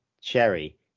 cherry